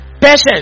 patience